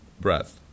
breath